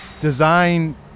Design